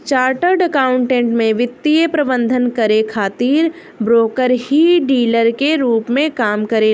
chartered accountant में वित्तीय प्रबंधन करे खातिर ब्रोकर ही डीलर के रूप में काम करेलन